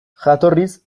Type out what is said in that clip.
jatorriz